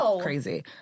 crazy